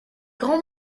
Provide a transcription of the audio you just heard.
grands